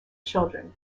children